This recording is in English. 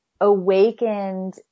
awakened